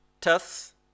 Thus